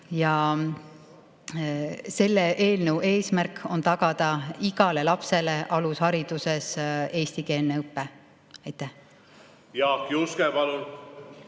Ja selle eelnõu eesmärk on tagada igale lapsele alushariduses eestikeelne õpe. Aitäh! Mina olen